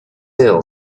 ill